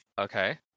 Okay